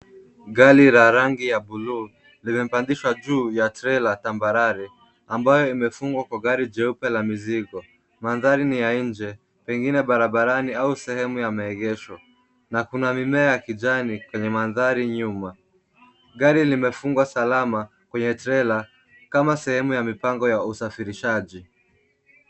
Gari ya rangi ya bluu imempandishwa juu ya trela tambarare ambayo imefungwa Kwa gari jeupe la mzigo. Mandhari ni ya nje pengine barabarani au sehemu yameegeshwa na kuna mimea ya kijani kwenye mandhari nyuma. Gari limefungwa salama kwenye trela kama sehemu ya mipango ya usafirishaji